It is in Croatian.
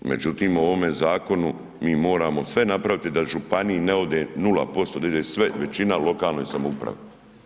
Međutim u ovome zakonu mi moramo sve napraviti da županiji ne ode nula posto, da ide sve, većina lokalnoj samoupravi.